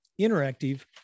interactive